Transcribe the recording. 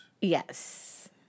Yes